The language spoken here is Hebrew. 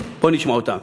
בוא נשמע אותם.